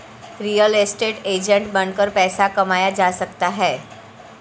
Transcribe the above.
real estate agent बनकर पैसा कमाया जा सकता है